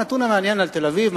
הנתון המעניין על תל-אביב,